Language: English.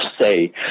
say